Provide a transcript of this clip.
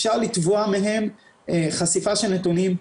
אפשר לתבוע מהן חשיפה של נתונים.